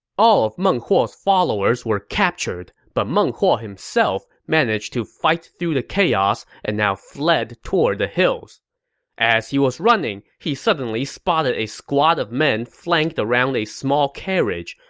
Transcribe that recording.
all of meng huo's followers were captured, but meng huo himself managed to fight through the chaos and fled toward the hills as he was running, he suddenly spotted a squad of men flanked around a small carriage.